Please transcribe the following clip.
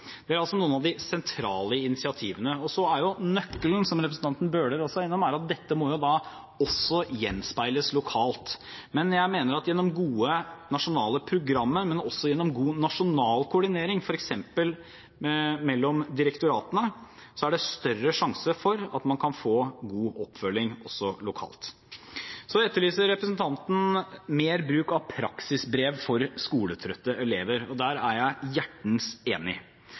noen av de sentrale initiativene. Nøkkelen er jo – som representanten Bøhler også var innom – at dette også må gjenspeiles lokalt. Men jeg mener at gjennom gode nasjonale programmer, men også gjennom god nasjonal koordinering, f.eks. mellom direktoratene, er det større sjanse for at man kan få god oppfølging også lokalt. Så etterlyser representanten mer bruk av praksisbrev for skoletrøtte elever, og der er jeg hjertens enig.